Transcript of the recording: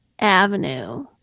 avenue